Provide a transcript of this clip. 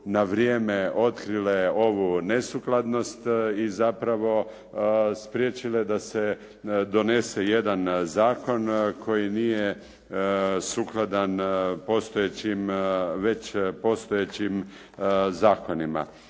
na vrijeme otkrile ovu neskladnost i zapravo spriječile da se donese jedan zakon koji nije sukladan već postojećim zakonima.